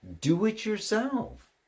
Do-it-yourself